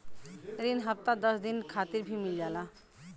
रिन हफ्ता दस दिन खातिर भी मिल जाला